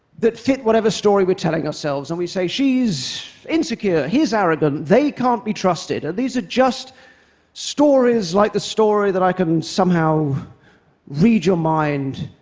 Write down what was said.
that fit whatever story we're telling ourselves, and we say, she's insecure, he's arrogant, they can't be trusted. and these are just stories like the story that i can somehow read your mind.